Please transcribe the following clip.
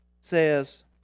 says